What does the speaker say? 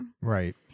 right